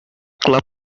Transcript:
club